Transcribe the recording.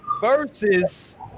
versus